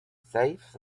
saves